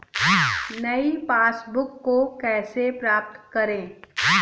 नई पासबुक को कैसे प्राप्त करें?